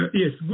yes